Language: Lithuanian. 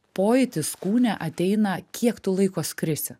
pojūtis kūne ateina kiek tu laiko skrisi